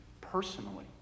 personally